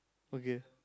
okay